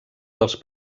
dels